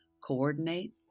coordinate